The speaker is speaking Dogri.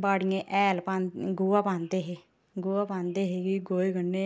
बाड़ियें हैल पांदे गोहा पांदे हे गोहा पांदे हे कि गोहे कन्नै